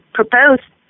proposed